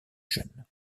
jeune